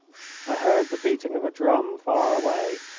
i heard the beating of a drum far away,